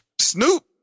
Snoop